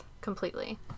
Completely